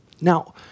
Now